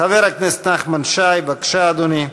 חבר הכנסת נחמן שי, בבקשה, אדוני,